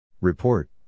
Report